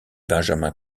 benjamin